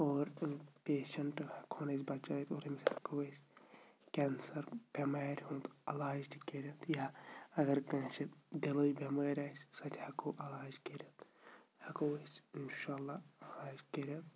اور پیشَنٛٹ ہٮ۪کہون أسۍ بچٲیِتھ اور أمِس ہٮ۪کو أسۍ کٮ۪نسَر بٮ۪مارِ ہُنٛد علاج تہِ کٔرِتھ یا اگر کٲنٛسہِ دِلٕچ بٮ۪مٲرۍ آسہِ سۄ تہِ ہٮ۪کو علاج کٔرِتھ ہٮ۪کو أسۍ اِنشاء اللہ علاج کٔرِتھ